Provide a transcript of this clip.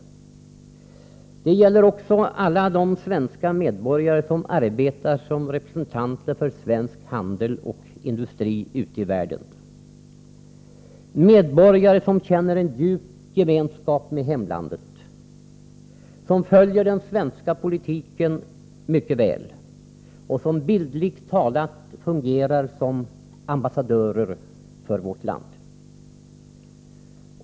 Förslaget drabbar också alla de svenska medborgare som arbetar som representanter för svensk handel och industri ute i världen; medborgare som känner en djup gemenskap med hemlandet, som följer den svenska politiken mycket väl och som bildligt talat fungerar som ambassadörer för vårt land.